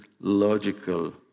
logical